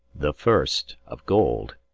the first, of gold,